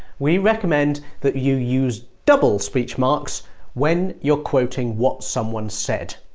we recommend that you use double speech marks when you're quoting what someone said.